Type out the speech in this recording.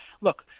Look